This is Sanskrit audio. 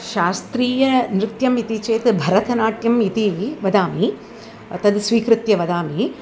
शास्त्रीयनृत्यम् इति चेद् भरतनाट्यम् इति वदामि तद् स्वीकृत्य वदामि